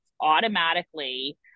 automatically